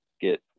get